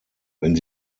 wenn